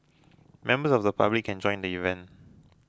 members of the public can join the event